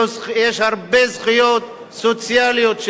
יש הרבה זכויות סוציאליות,